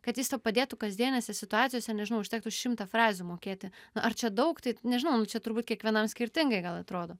kad jis tau padėtų kasdienėse situacijose nežinau užtektų šimtą frazių mokėti ar čia daug tai nežinau nu čia turbūt kiekvienam skirtingai gal atrodo